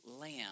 lamb